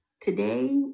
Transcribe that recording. Today